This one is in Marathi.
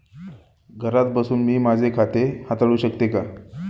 घरात बसून मी माझे खाते हाताळू शकते का?